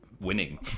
winning